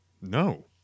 No